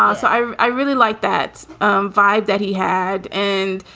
um so i i really like that um vibe that he had. and,